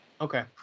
okay